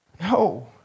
No